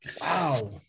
Wow